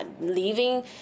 leaving